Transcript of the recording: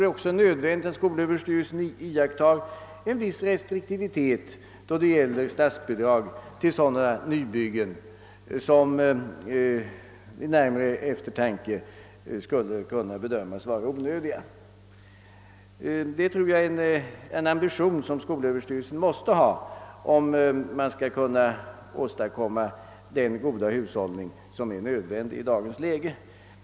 Det är också nödvändigt att skolöverstyrelsen iakttar en viss restriktivitet då det gäller statsbidrag till sådana nybyggen, som vid närmare eftertanke skulle kunna bedömas vara onödiga. Det är en ambition som skolöverstyrelsen måste ha för att kunna åstadkomma den goda hushållning som är nödvändig i dagens läge.